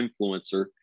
influencer